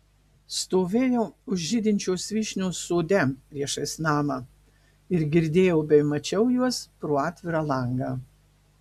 stovėjau už žydinčios vyšnios sode priešais namą ir girdėjau bei mačiau juos pro atvirą langą